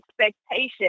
expectation